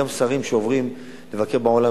גם שרים שעוברים לבקר בעולם,